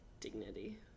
dignity